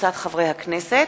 וקבוצת חברי הכנסת,